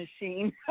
machine